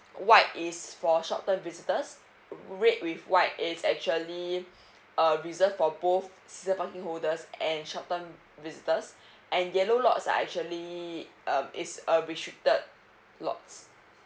white is for short term visitors red with white is actually uh reserved for both season parking holders and short term visitors and yellow lots are actually um is uh restricted lots